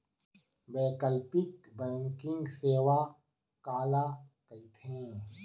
वैकल्पिक बैंकिंग सेवा काला कहिथे?